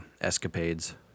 escapades